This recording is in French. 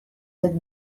sept